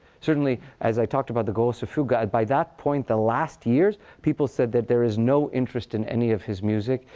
certainly, as i talked about the grosse fuge, and by that point, the last years, people said that there is no interest in any of his music.